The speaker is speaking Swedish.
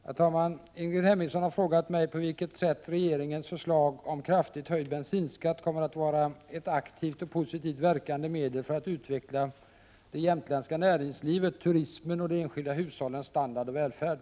Herr talman! Ingrid Hemmingsson har frågat mig på vilket sätt regeringens förslag om kraftigt höjd bensinskatt kommer att vara ett aktivt och positivt verkande medel för att utveckla det jämtländska näringslivet, turismen och de enskilda hushållens standard och välfärd.